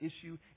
issue